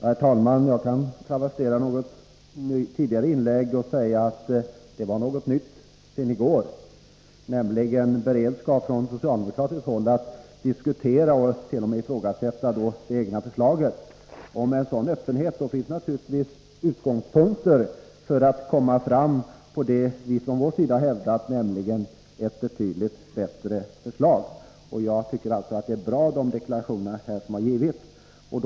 Herr talman! Jag kan travestera mitt tidigare inlägg och säga att det var något nytt sedan i går, nämligen beredskap från socialdemokratiskt håll att diskutera och t.o.m. ifrågasätta det egna förslaget. Med en sådan öppenhet finns det naturligtvis en möjlighet för att komma fram till det vi ifrån vår sida önskat, nämligen ett betydligt bättre förslag. Jag tycker alltså att det är bra med de deklarationer som avgivits.